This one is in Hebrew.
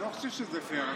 אני לא חושב שזה פייר.